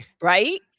Right